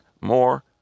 more